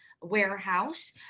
warehouse